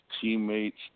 teammates